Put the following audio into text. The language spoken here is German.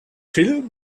phil